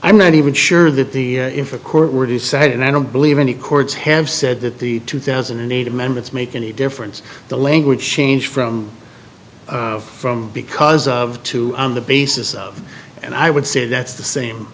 i'm not even sure that the if a court were to said and i don't believe any courts have said that the two thousand and eight amendments make any difference the language change from from because of two on the basis of and i would say that's